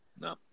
No